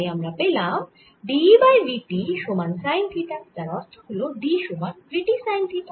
তাই আমরা পেলাম d বাই v t সমান সাইন থিটা যার অর্থ হল d সমান v t সাইন থিটা